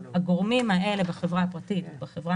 הגורמים האלה בחברה הפרטית או בחברה